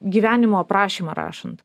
gyvenimo aprašymą rašant